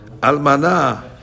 Almana